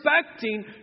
expecting